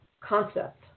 concept